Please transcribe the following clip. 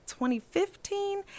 2015